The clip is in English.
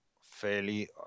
fairly